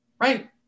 right